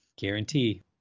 guarantee